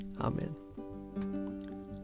Amen